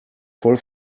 voll